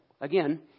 again